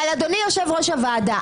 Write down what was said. אבל אדוני יושב-ראש הוועדה,